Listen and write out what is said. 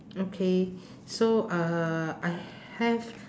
okay so uh I have